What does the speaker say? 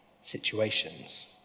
situations